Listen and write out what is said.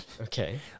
okay